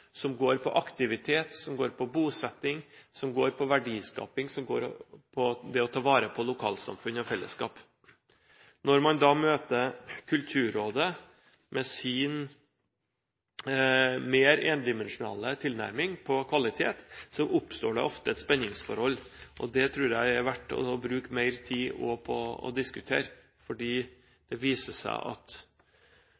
som går på aktivitet, som går på bosetting, som går på verdiskaping, og som går på det å ta vare på lokalsamfunn og fellesskap. Når man da møter Kulturrådet med sin mer endimensjonale tilnærming til kvalitet, oppstår det ofte et spenningsforhold, og det tror jeg er verdt å bruke mer tid på å diskutere,